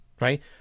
right